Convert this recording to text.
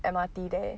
M_R_T there